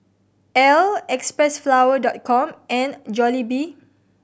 Elle Xpressflower Dot Com and Jollibee